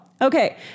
Okay